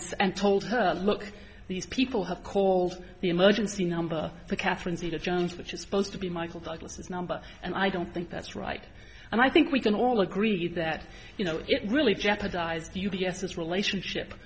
b s and told her look these people have called the emergency number for catherine zeta jones which is supposed to be michael douglas's number and i don't think that's right and i think we can all agree that you know it really jeopardized the u b s s relationship